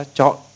chọn